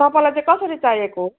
तपाईँलाई चाहिँ कसरी चाहिएको